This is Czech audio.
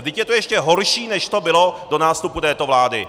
Vždyť je to ještě horší, než to bylo do nástupu této vlády!